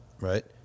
right